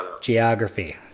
Geography